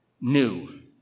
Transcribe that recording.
new